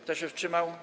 Kto się wstrzymał?